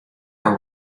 are